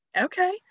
Okay